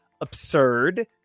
absurd